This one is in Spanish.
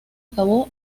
acabó